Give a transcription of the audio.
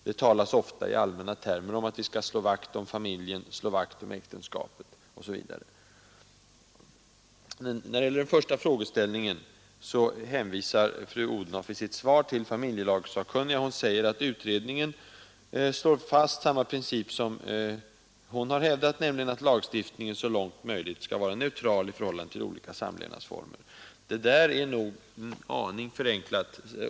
Det talas ofta i allmänna termer om att vi skall slå vakt om familjen, slå vakt om äktenskapet osv. När det gäller den första frågeställningen hänvisar fru Odhnoff i sitt svar till familjelagssakkunniga. Hon säger att utredningen slår fast samma princip som hon har hävdat, nämligen att lagstiftningen så långt möjligt skall vara neutral i förhållande till olika samlevnadsformer. Det är nog en aning förenklat.